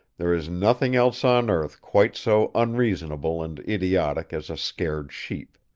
there is nothing else on earth quite so unreasonable and idiotic as a scared sheep.